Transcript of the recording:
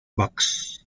box